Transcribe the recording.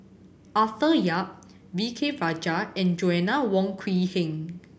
Arthur Yap V K Rajah and Joanna Wong Quee Heng